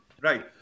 right